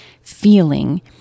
feeling